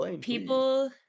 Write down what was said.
people